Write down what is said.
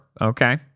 Okay